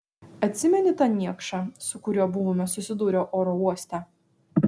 atsimeni tą niekšą su kuriuo buvome susidūrę oro uoste